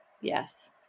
Yes